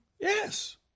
Yes